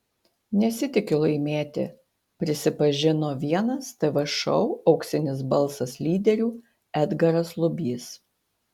nesitikiu laimėti prisipažino vienas tv šou auksinis balsas lyderių edgaras lubys